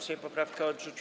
Sejm poprawkę odrzucił.